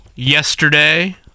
Yesterday